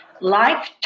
Life